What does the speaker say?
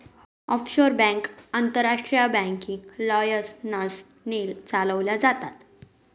offshore bank आंतरराष्ट्रीय banking licence ने चालवल्या जातात